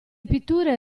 pitture